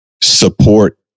support